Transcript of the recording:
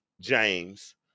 James